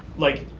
like,